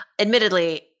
admittedly